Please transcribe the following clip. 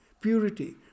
Purity